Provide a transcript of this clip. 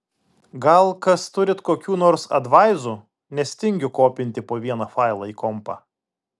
gal kas turit kokių nors advaizų nes tingiu kopinti po vieną failą į kompą